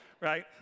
right